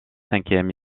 cinquième